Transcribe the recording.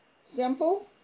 simple